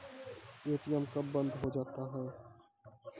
ATM कब बंद हो जाता हैं?